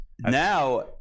now